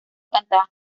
cantadas